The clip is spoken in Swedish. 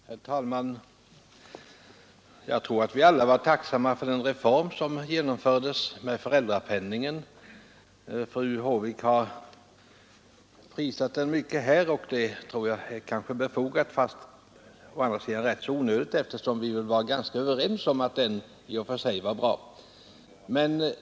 Herr talman! Jag tror att vi alla var tacksamma för föräldrapenningreformen, när den genomfördes. Fru Håvik har här prisat den reformen, och det är kanske befogat. Men å andra sidan är det också litet onödigt, eftersom vi var ganska överens om att den i och för sig var bra.